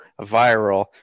viral